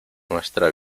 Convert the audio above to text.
nuestra